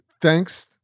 thanks